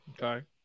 okay